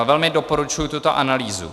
Velmi doporučuji tuto analýzu.